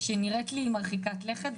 שהיא נראית לי מרחיקת לכת,